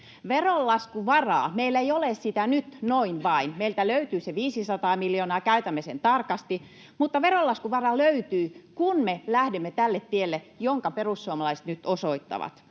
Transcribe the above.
Veronlaskuvaraa meillä ei ole nyt noin vain. Meiltä löytyy se 500 miljoonaa, ja käytämme sen tarkasti, mutta veronlaskuvaraa löytyy, kun me lähdemme tälle tielle, jonka perussuomalaiset nyt osoittavat.